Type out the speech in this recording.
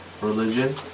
religion